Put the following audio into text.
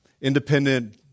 independent